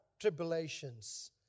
tribulations